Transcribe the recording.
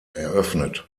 eröffnet